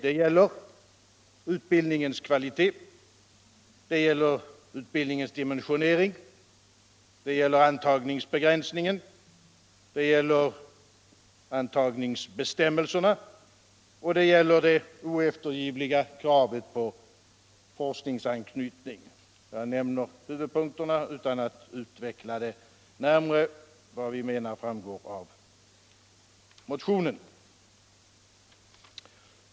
Det gäller utbildningens kvalitet och dimensionering, antagningsbegränsningen, antagningsbestämmelserna och det oeftergivliga kravet på forskningsanknytning. Jag nämner huvudpunkterna utan att utveckla dem närmare. Vad vi menar framgår av motionen.